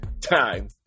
time